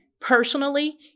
personally